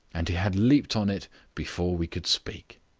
and he had leaped on it before we could speak.